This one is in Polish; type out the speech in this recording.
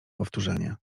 powtórzenie